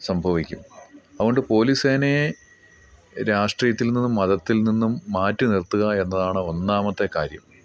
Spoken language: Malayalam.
സംഭവിക്കും അതുകൊണ്ട് പോലീസ് സേനയെ രാഷ്ട്രീയത്തിൽ നിന്നും മതത്തിൽ നിന്നും മാറ്റി നിർത്തുക എന്നതാണ് ഒന്നാമത്തെ കാര്യം